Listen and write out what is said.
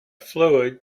fluid